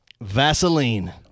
Vaseline